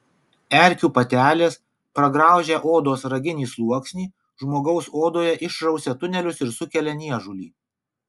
erkių patelės pragraužę odos raginį sluoksnį žmogaus odoje išrausia tunelius ir sukelia niežulį